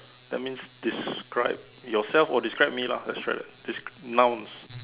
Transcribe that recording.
that means describe yourself or describe me lah let's try that descr~ nouns